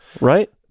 Right